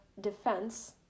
Defense